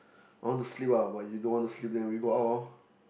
I want to sleep ah but you don't want then we go out orh